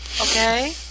okay